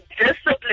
discipline